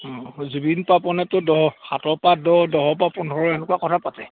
অঁ জুবিন পাপনেতো দহ সাতৰ পা দহ দহৰ পা পোন্ধৰ এনেকুৱা কথা পাতে